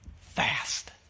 fast